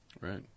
Right